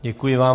Děkuji vám.